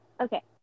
Okay